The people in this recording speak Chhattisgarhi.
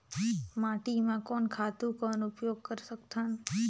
माटी म कोन खातु कौन उपयोग कर सकथन?